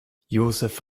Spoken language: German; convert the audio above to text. josef